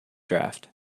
draft